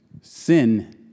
Sin